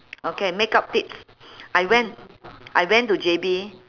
okay makeup tips I went I went to J_B